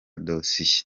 dosiye